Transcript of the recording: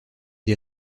des